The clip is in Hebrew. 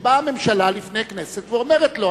כשבאה הממשלה לפני הכנסת ואומרת לה: